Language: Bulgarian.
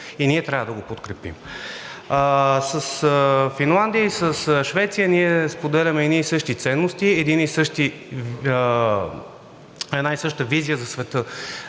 и ние трябва да го подкрепим. С Финландия и Швеция ние споделяме едни и същи ценности, една и съща визия за света